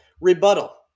Rebuttal